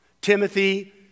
Timothy